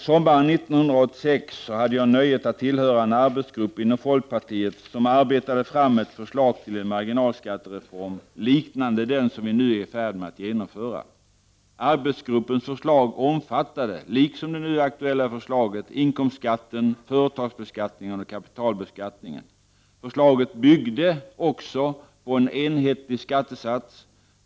Sommaren 1986 hade jag nöjet att tillhöra en arbetsgrupp inom folkpartiet som arbetade fram ett förslag till en marginalskattereform liknande den som vi nu är i färd med att genomföra. Arbetsgruppens förslag omfattade — liksom det nu aktuella förslaget — inkomstskatten, företagsbeskattningen och kapitalbeskattningen. Förslaget byggde också på en enhetlig skattesats.